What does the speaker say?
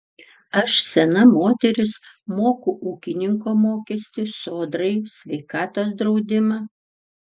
aš sena moteris moku ūkininko mokestį sodrai sveikatos draudimą